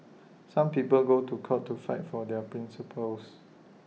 some people go to court to fight for their principles